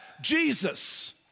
Jesus